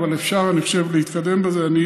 אבל אני חושב שאפשר להתקדם בזה.